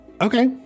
Okay